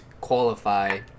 qualify